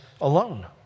alone